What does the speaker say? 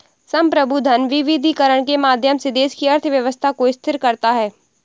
संप्रभु धन विविधीकरण के माध्यम से देश की अर्थव्यवस्था को स्थिर करता है